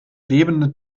lebende